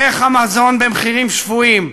איך המזון במחירים שפויים,